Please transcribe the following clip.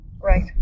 Right